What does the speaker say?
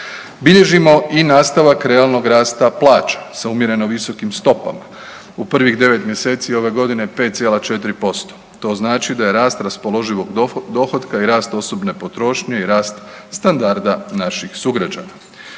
Bilježimo i nastavak realnog rasta plaća sa umjereno visokim stopama. U prvih devet mjeseci ove godine 5,4%, to znači da je rast raspoloživog dohotka i rast osobne potrošnje i rast standarda naših sugrađana.